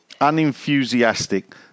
Unenthusiastic